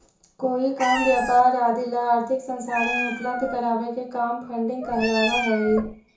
कोई काम व्यापार आदि ला आर्थिक संसाधन उपलब्ध करावे के काम फंडिंग कहलावऽ हई